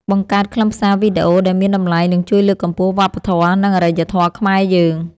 បង្កើតខ្លឹមសារវីដេអូដែលមានតម្លៃនឹងជួយលើកកម្ពស់វប្បធម៌ និង អរិយធម៌ខ្មែរយើង។